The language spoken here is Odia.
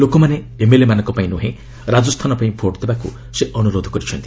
ଲୋକମାନେ ଏମ୍ଏଲ୍ଏମାନଙ୍କ ପାଇଁ ନୁହେଁ ରାଜସ୍ଥାନ ପାଇଁ ଭୋଟ୍ ଦେବାକୁ ସେ ଅନୁରୋଧ କରିଛନ୍ତି